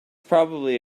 probably